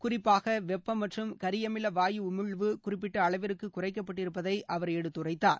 குறிப்பாக வெப்பம் மற்றும் கரியமில வாயு உமிழ்வு குறிப்பிட்ட அளவிற்கு குறைக்கப்பட்டிருப்பதை அவர் எடுத்துரைத்தார்